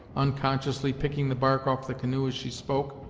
unconsciously picking the bark off the canoe as she spoke.